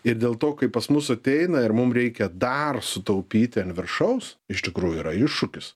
ir dėl to kai pas mus ateina ir mum reikia dar sutaupyti ant viršaus iš tikrųjų yra iššūkis